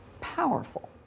powerful